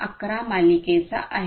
11 मालिकेचा आहे